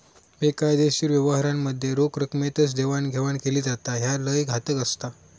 बेकायदेशीर व्यवहारांमध्ये रोख रकमेतच देवाणघेवाण केली जाता, ह्या लय घातक असता